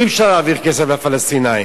אי-אפשר להעביר כסף לפלסטינים.